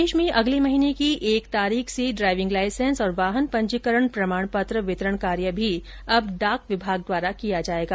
प्रदेश में अगले महीने की एक तारीख से ड्राइविंग लाइसेंस और वाहन पंजीकरण प्रमाण पत्र वितरण कार्य भी अब डाक विभाग द्वारा किया जायेगा